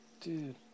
Dude